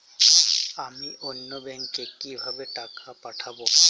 আমি অন্য ব্যাংকে কিভাবে টাকা পাঠাব?